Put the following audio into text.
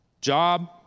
Job